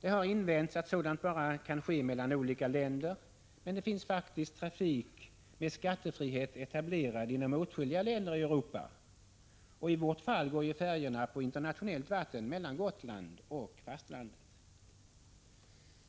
Det har invänts att sådant bara kan ske mellan olika länder, men det finns faktiskt trafik med skattefrihet etablerad inom åtskilliga länder i Europa, och i vårt fall går ju färjorna på internationellt vatten mellan Gotland och fastlandet.